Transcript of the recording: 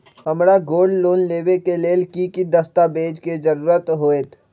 हमरा gold loan लेबे के लेल कि कि दस्ताबेज के जरूरत होयेत?